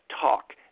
talk